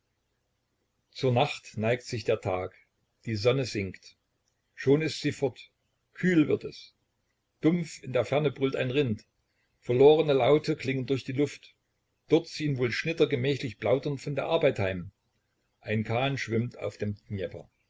zur nacht neigt sich der tag die sonne sinkt schon ist sie fort kühl wird es dumpf in der ferne brüllt ein rind verlorene laute klingen durch die luft dort ziehn wohl schnitter gemächlich plaudernd von der arbeit heim ein kahn schwimmt auf dem